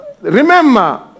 Remember